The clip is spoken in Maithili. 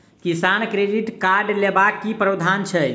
किसान क्रेडिट कार्ड लेबाक की प्रावधान छै?